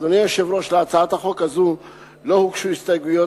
להצעת החוק הזו לא הוגשו הסתייגויות.